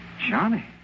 Johnny